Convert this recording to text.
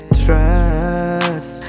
trust